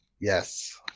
Yes